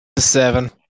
Seven